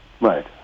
Right